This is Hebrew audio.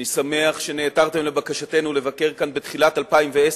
אני שמח שנעתרתם לבקשתנו לבקר כאן בתחילת 2010,